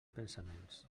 pensaments